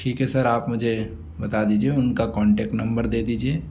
ठीक है सर आप मुझे बता दीजिए उनका कांटेक्ट नंबर दे दीजिए